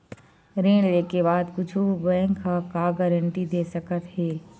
ऋण लेके बाद कुछु बैंक ह का गारेंटी दे सकत हे?